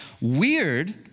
weird